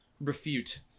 refute